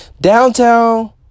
Downtown